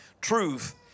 truth